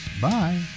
Bye